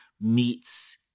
meets